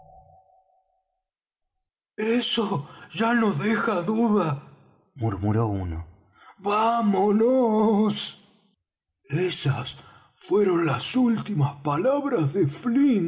eso ya no deja duda murmuró uno vámonos esas fueron las últimas palabras de